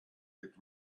get